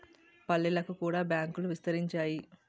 పల్లెలకు కూడా బ్యాంకులు విస్తరించాయి